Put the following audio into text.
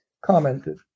commented